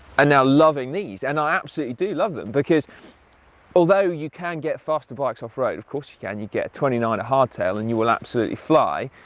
now loving these. and i absolutely do love them, because although you can get faster bikes off-road, of course you can, you'd get a twenty nine er hardtail and you will absolutely fly,